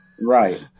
Right